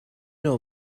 know